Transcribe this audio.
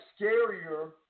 scarier